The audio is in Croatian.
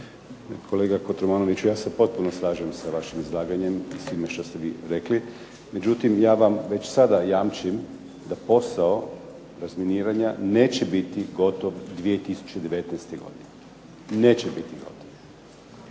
Kolega Kotromanoviću ja se potpuno slažem s vašim izlaganjem i svime što ste vi rekli. Međutim, ja vam već sada jamčim da posao razminiranja neće biti gotovo do 2019. godine. Neće biti gotov.